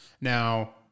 Now